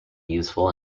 useful